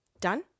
Done